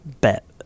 bet